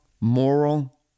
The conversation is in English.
moral